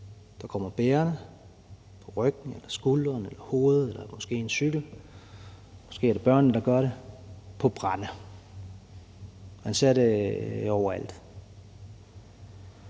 der kommer bærende – på ryggen, på skulderen, på hovedet, måske på en cykel; måske er det, børnene, der gør det – på brænde. Man ser det overalt.